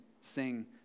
sing